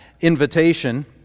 invitation